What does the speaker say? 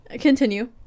Continue